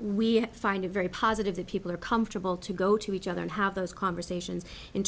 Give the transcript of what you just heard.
we find a very positive that people are comfortable to go to each other and have those conversations in